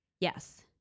Yes